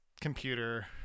computer